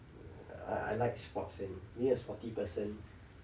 I I like sports and being a sporty person